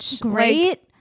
great